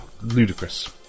Ludicrous